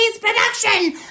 production